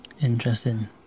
Interesting